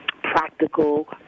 practical